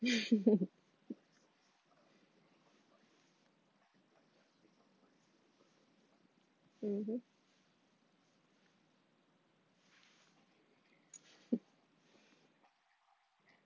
mmhmm hmm